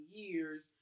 years